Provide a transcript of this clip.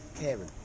Kevin